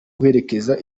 guherekeza